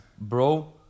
bro